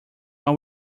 all